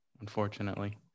Unfortunately